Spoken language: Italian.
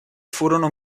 furono